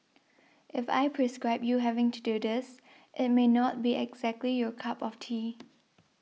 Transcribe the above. if I prescribe you having to do this it may not be exactly your cup of tea